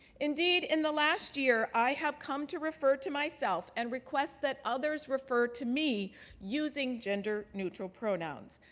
indeed, in the last year, i have come to refer to myself and request that others refer to me using gender neutral pronouns.